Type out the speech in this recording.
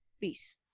Peace